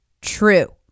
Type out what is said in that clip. True